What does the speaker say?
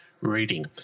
reading